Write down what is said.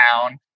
town